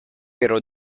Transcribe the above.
ero